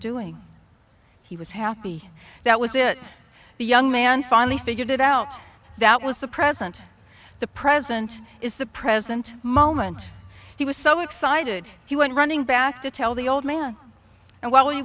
doing he was happy that was it the young man finally figured it out that was the present the present is the present moment he was so excited he went running back to tell the old man and while he